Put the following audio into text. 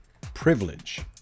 privilege